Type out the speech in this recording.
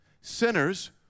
sinners